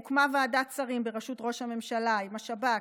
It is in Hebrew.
הוקמה ועדת שרים בראשות ראש הממשלה עם השב"כ,